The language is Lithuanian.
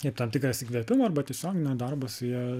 kaip tam tikras įkvėpimo arba tiesioginio darbo su ja